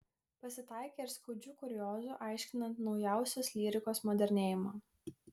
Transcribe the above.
pasitaikė ir skaudžių kuriozų aiškinant naujausios lyrikos modernėjimą